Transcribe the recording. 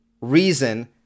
reason